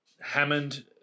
Hammond